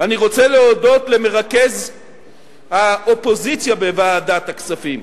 אני רוצה להודות למרכז האופוזיציה בוועדת הכספים,